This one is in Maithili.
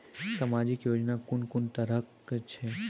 समाजिक योजना कून कून तरहक छै?